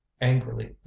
angrily